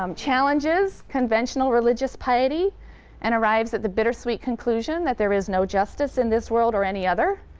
um challenges conventional religious piety and arrives at the bittersweet conclusion that there is no justice in this world or any other,